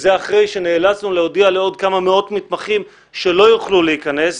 וזה אחרי שנאלצנו להודיע לעוד כמה מאות מתמחים שלא יוכלו להיכנס,